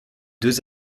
deux